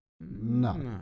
No